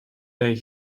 day